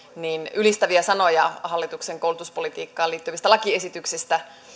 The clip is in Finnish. ylistäviä sanoja hallituksen koulutuspolitiikkaan liittyvistä lakiesityksistä